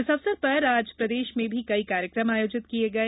इस अवसर पर आज प्रदेश में भी कई कार्यक्रम आयोजित किये गये